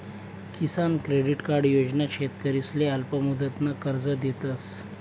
किसान credit card योजना शेतकरीसले अल्पमुदतनं कर्ज देतस